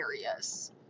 areas